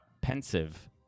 pensive